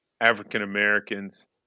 African-Americans